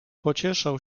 pocieszał